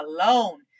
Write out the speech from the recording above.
alone